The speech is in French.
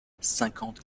cinquante